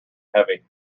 heavy